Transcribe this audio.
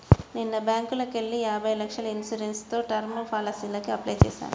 నిన్న బ్యేంకుకెళ్ళి యాభై లక్షల ఇన్సూరెన్స్ తో టర్మ్ పాలసీకి అప్లై చేశాను